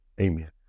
amen